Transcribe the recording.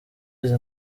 izi